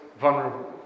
vulnerable